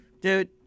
Dude